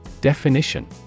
Definition